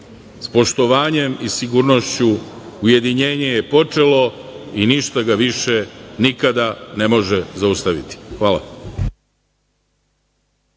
s poštovanjem i sigurnošću ujedinjenje je počelo i ništa ga više nikada ne može zaustaviti. Hvala.